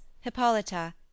Hippolyta